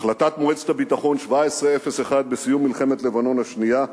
החלטת מועצת הביטחון 1701 בסיום מלחמת לבנון השנייה,